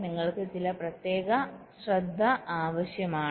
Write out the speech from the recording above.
നിങ്ങൾക്ക് ചില പ്രത്യേക ശ്രദ്ധ ആവശ്യമാണ്